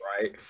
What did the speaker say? Right